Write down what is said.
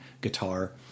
guitar